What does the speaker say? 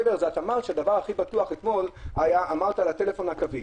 מעבר לזה, את אמרת אתמול על הטלפון הקווי